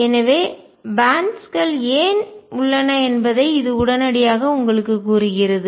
எனவே பேன்ட்ஸ் பட்டைகள் ஏன் உள்ளன என்பதை இது உடனடியாக உங்களுக்குக் கூறுகிறது